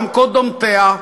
גם קודמותיה,